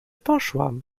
poszłam